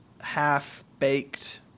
half-baked –